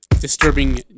Disturbing